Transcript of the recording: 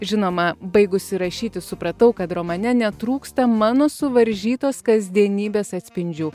žinoma baigusi rašyti supratau kad romane netrūksta mano suvaržytos kasdienybės atspindžių